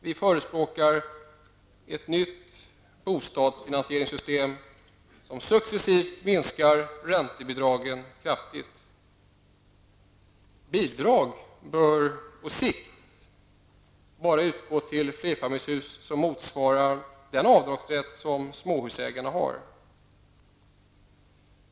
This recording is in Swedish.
Vi förespråkar ett nytt bostadsfinansieringssystem som successivt minskar räntebidragen kraftigt. Bidrag till flerfamiljshus bör på sikt bara utgå så att de motsvarar den avdragsrätt som småhusägarna har.